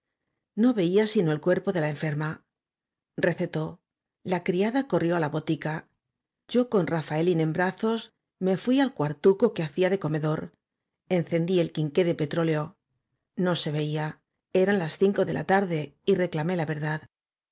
no veía sino el cuerpo de la enferma recetó la criada corrió á la botica yo con rafaelín en brazos me fui al cuartuco que hacía de comedor encendí el quinqué de p e tróleono se veía eran las cinco de la tarde y reclamé la verdad